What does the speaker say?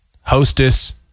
hostess